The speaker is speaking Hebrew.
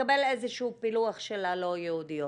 שנקבל איזשהו פילוח של הלא יהודיות.